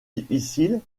difficile